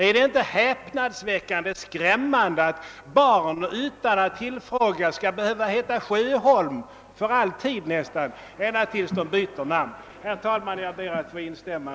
Är det inte häpnadsväckande skrämmande, att barn utan att tillfrågas skall behöva heta t.ex. Sjöholm för alltid ända tills de eventuellt byter namn?